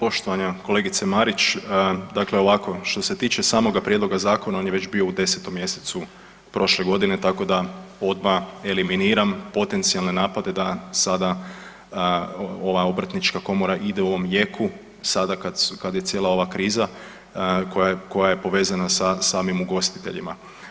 Poštovana kolegice Marić, dakle ovako, što se tiče samoga prijedloga zakona on je već bio u 10. mjesecu prošle godine tako da odma eliminiram potencijalne napade da sada ova obrtnička komora ide u ovom jeku sada kad je cijela ova kriza koja je, koja je povezana sa samim ugostiteljima.